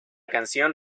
canción